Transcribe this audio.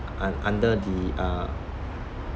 un~ under the uh